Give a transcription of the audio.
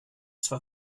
zwar